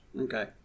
Okay